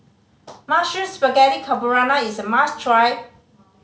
Mushroom Spaghetti Carbonara is a must try